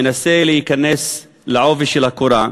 מנסה להיכנס בעובי הקורה,